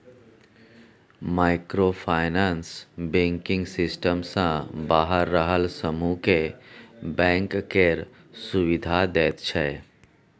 micro finance banking system सँ बाहर रहल समुह केँ बैंक केर सुविधा दैत छै